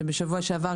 שבשבוע שעבר,